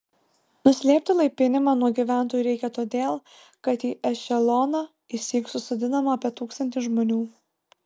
nuslėpti laipinimą nuo gyventojų reikia todėl kad į ešeloną išsyk susodinama apie tūkstantį žmonių